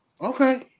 Okay